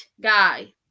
guy